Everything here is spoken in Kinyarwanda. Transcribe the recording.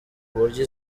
uburyo